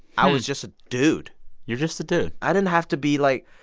i was just a dude you're just a dude i didn't have to be, like,